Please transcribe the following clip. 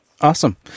Awesome